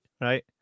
right